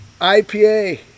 IPA